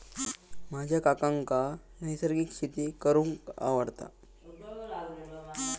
माझ्या काकांका नैसर्गिक शेती करूंक आवडता